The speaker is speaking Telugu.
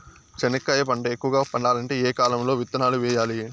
చెనక్కాయ పంట ఎక్కువగా పండాలంటే ఏ కాలము లో విత్తనాలు వేయాలి?